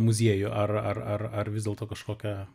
muziejų ar ar ar ar vis dėlto kažkokią